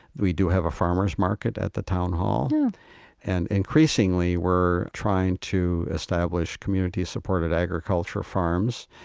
we do have a farmers' market at the town hall and, increasingly, we're trying to establish community-supported agriculture farms.